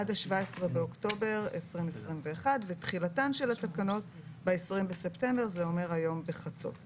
עד ה-17 באוקטובר 2021 ותחילת של התקנות ב-20 בספטמבר 2021. תחילה תחילתן של תקנות אלה ביום י"ד בתשרי התשפ"ב (20 בספטמבר